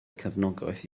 cefnogaeth